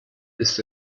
ist